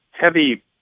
heavy